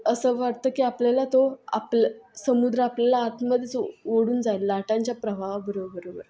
असं वाटतं की आपल्याला तो आपल् समुद्र आपल्याला आतमध्येच ओढून जाईल लाटांच्या प्रवाहाबरोबरोबर